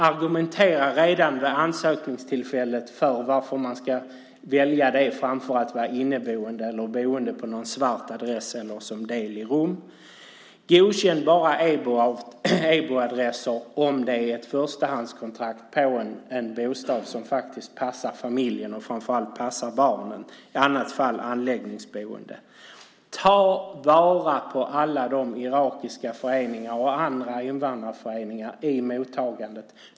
Argumentera redan vid ansökningstillfället för varför man ska välja det framför att vara inneboende, boende på någon svart adress eller som del i rum. Godkänn EBO-adresser endast om det är fråga om ett förstahandskontrakt på en bostad som passar familjen och framför allt passar barnen. I annat fall gäller anläggningsboende. Ta vara på alla irakiska föreningar och andra invandrarföreningar i samband med mottagandet.